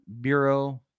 Bureau